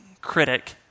critic